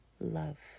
love